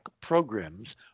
programs